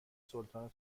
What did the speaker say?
سلطان